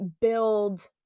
build